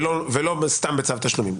ולא סתם בצו תשלומים.